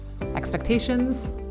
expectations